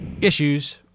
issues